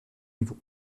niveau